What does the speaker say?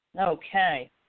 Okay